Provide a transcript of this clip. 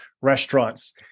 restaurants